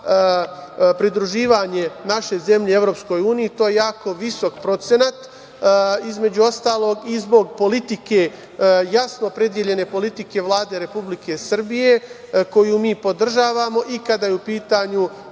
pridruživanje naše zemlje EU. To je jako visok procenat. Između ostalog, i zbog politike, jasno opredeljene politike Vlade Republike Srbije, koju mi podržavamo i kada su u pitanju